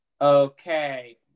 Okay